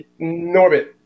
Norbit